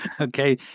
Okay